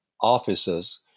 offices